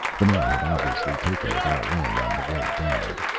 the man had obviously taken it all in on the way down.